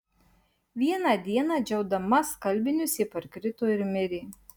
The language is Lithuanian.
vieną dieną džiaudama skalbinius ji parkrito ir mirė